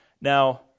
Now